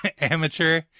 amateur